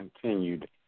continued